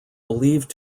believed